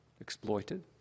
exploited